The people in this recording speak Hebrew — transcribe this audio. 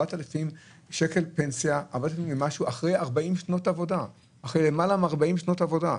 4,000 שקלים פנסיה אחרי למעלה מ-40 שנות עבודה.